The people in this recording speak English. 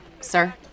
Sir